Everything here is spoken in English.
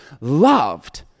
loved